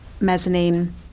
mezzanine